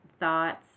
thoughts